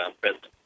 president